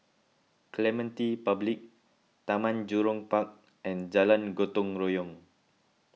Clementi Public Taman Jurong Park and Jalan Gotong Royong